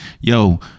Yo